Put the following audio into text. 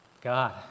god